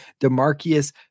Demarcus